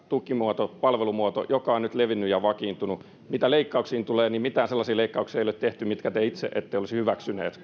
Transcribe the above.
tukimuoto palvelumuoto joka on nyt levinnyt ja vakiintunut mitä leikkauksiin tulee niin mitään sellaisia leikkauksia koulutukseen ei ole tehty mitä te itse ette olisi hyväksyneet